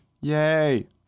Yay